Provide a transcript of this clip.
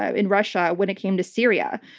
ah in russia, when it came to syria.